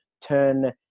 turn